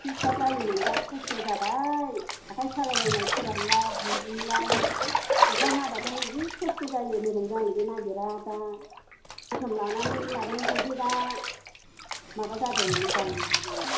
इसे स्रा जायोमोन दा खस्थ' जाबाय आखाइ सालायलायनाय फोरान्नाय दिरुननाय अखा हाबाथाय जि खस्थ' जायो मोजां जानोबो नागिरा दा बेथन लानानै माबानायखायसो दा माबा जादों मोजां जादों